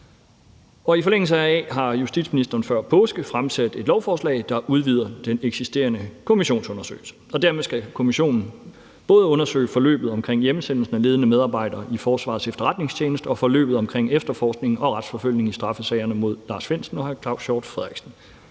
I forlængelse heraf har justitsministeren før påske fremsat et lovforslag, der udvider den eksisterende kommissionsundersøgelse, og dermed skal kommissionen både undersøge forløbet omkring hjemsendelsen af ledende medarbejdere i Forsvarets Efterretningstjeneste og forløbet omkring efterforskning og retsforfølgning i straffesagerne mod Lars Findsen og hr. Claus Hjort Frederiksen.